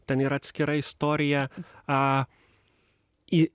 ten yra atskira istorija a